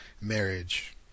marriage